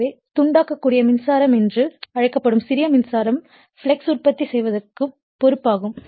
எனவே தூண்டக்கூடிய மின்சாரம் என்று அழைக்கப்படும் சிறிய மின்சாரம் ஃப்ளக்ஸ் உற்பத்தி செய்வதற்கு பொறுப்பாகும்